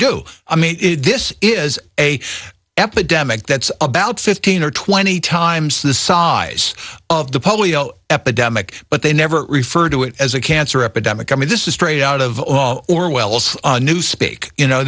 do i mean this is a epidemic that's about fifteen or twenty times the size of the polio epidemic but they never refer to it as a cancer epidemic i mean this is straight out of orwell's newspeak you know